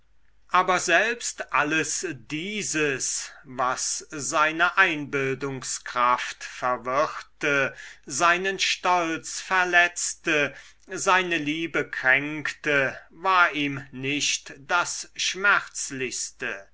aber selbst alles dieses was seine einbildungskraft verwirrte seinen stolz verletzte seine liebe kränkte war ihm nicht das schmerzlichste